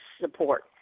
support